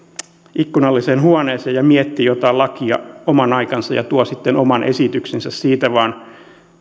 ikkunalliseen huoneeseen ja miettii jotain lakia oman aikansa ja tuo sitten oman esityksensä siitä vaan